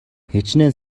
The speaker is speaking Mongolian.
хэчнээн